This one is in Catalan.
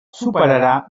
superarà